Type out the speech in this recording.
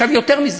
יותר מזה,